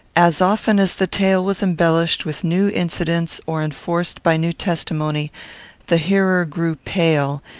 as often as the tale was embellished with new incidents or enforced by new testimony the hearer grew pale,